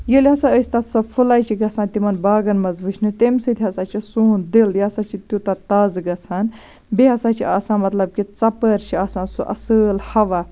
ییٚلہِ ہسا أسۍ تَتھ سۄ پھٕلاے چھِ گژھان تِمن باغَن منٛز وُچھنہِ تَمہِ ستۍ ہسا چھُ سون دِل یہِ ہسا چھُ تیوٗتاہ تازٕ گژھان بیٚیہِ ہسا چھُ آسان مطلب کہِ ژۄپٲرۍ چھُ آسان سُہ اَصٕل ہَوا